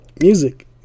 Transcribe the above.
music